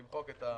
למחוק את המילים: